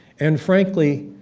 and frankly,